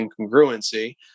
incongruency